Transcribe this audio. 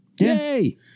Yay